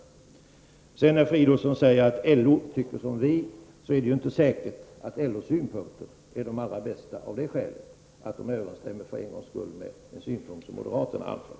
Filip Fridolfsson sade att LO tycker som moderaterna. Men det är inte säkert att LOs synpunkter är de allra bästa av det skälet att de för en gångs skull överensstämmer med en synpunkt som moderaterna anfört.